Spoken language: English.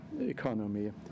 economy